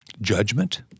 judgment